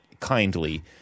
kindly